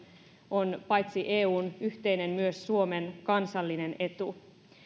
on paitsi eun yhteinen myös suomen kansallinen etu